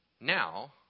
now